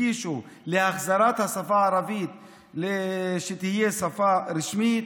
הגישו להחזרת השפה הערבית שתהיה שפה רשמית.